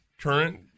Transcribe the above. current